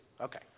Okay